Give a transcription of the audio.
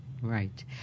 Right